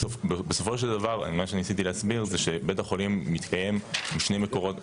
בסופו של דבר מה שניסיתי להסביר זה שבית החולים מתקיים משני מקורות,